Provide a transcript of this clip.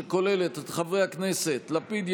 שכוללת את חברי הכנסת יאיר לפיד,